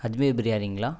Ajmer பிரியாணிங்களா